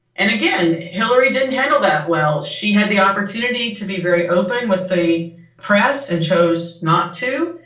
and again, hillary didn't handle that well. she had the opportunity to be very open with the press and chose not to,